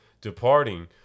Departing